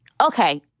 Okay